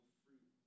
fruit